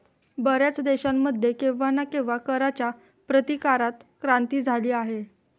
बर्याच देशांमध्ये केव्हा ना केव्हा कराच्या प्रतिकारात क्रांती झाली आहे